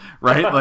Right